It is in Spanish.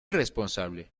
responsable